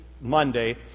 Monday